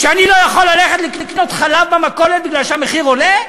כשאני לא יכול ללכת לקנות חלב במכולת מכיוון שהמחיר עולה,